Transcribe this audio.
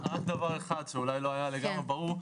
רק דבר אחד שאולי לא היה לי כל כך ברור.